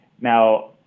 Now